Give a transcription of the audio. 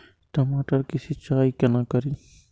टमाटर की सीचाई केना करी?